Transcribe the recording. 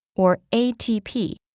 or atp,